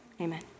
amen